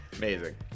Amazing